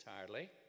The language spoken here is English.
entirely